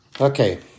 Okay